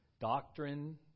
Doctrine